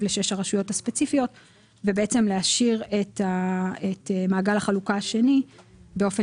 ל-6 הרשויות הספציפיות ולהשאיר את מעגל החלוקה השני באופן